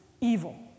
evil